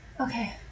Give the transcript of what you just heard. Okay